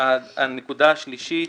הנקודה השלישית.